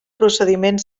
procediment